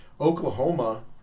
Oklahoma